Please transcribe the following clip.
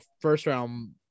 first-round